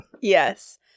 yes